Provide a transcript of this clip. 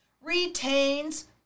retains